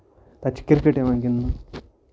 تَتہِ چھُ کِرکٹ یِوان گندنہٕ